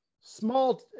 small